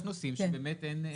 יש נושאים שאין סיבה.